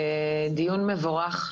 דיון מבורך.